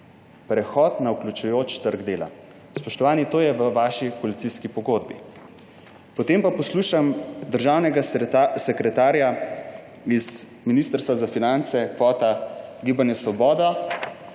Prehod na vključujoč trg dela − spoštovani, to je v vaši koalicijski pogodbi. Potem pa poslušam državnega sekretarja z Ministrstva za finance, kvota Gibanje Svoboda,